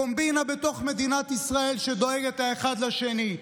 קומבינה בתוך מדינת ישראל שדואגת האחד לשני.